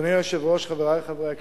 אדוני היושב-ראש, חברי חברי הכנסת,